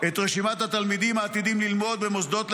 לתלמידים הזקוקים לאישור